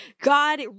God